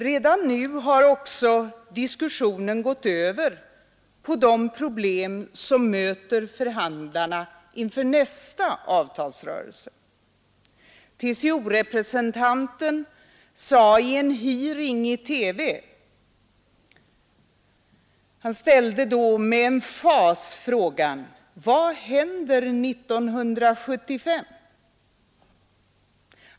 Redan nu har också diskussionen gått över på de problem som möter förhandlarna inför nästa avtalsrörelse. TCO-representanten ställde vid en hearing i TV med emfas frågan: Vad händer 1975?